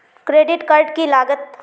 Credit card की लागत?